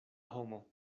homo